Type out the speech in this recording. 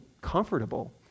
comfortable